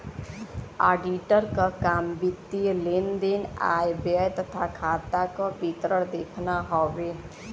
auditor क काम वित्तीय लेन देन आय व्यय तथा खाता क विवरण देखना हउवे